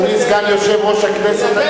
אדוני סגן יושב-ראש הכנסת,